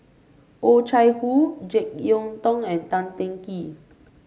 Oh Chai Hoo JeK Yeun Thong and Tan Teng Kee